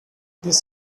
this